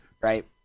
right